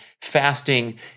fasting